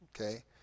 Okay